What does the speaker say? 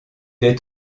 est